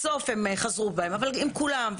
בסוף הם חזרו בהם עם כולם.